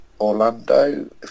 Orlando